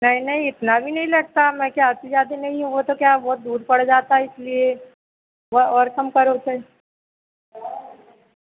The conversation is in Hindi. नहीं नहीं इतना भी नहीं लगता मैं क्या आती जाती नई हूँ वह तो क्या बहुत दूर पड़ जाता इसलिए वह और कम पर होते